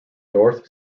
north